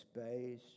space